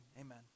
amen